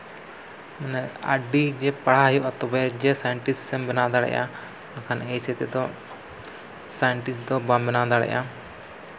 ᱢᱟᱱᱮ ᱟᱹᱰᱤ ᱡᱮ ᱯᱟᱲᱦᱟᱣ ᱦᱩᱭᱩᱜᱼᱟ ᱛᱚᱵᱮ ᱡᱮ ᱥᱟᱭᱮᱱᱴᱤᱥᱴ ᱮᱢ ᱵᱮᱱᱟᱣ ᱫᱟᱲᱮᱭᱟᱜᱼᱟ ᱵᱟᱠᱷᱟᱱ ᱮᱹᱭᱥᱮ ᱛᱮᱫᱚ ᱥᱟᱭᱮᱱᱴᱤᱥᱴ ᱫᱚ ᱵᱟᱢ ᱵᱮᱱᱟᱣ ᱫᱟᱲᱮᱭᱟᱜᱼᱟ